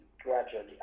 gradually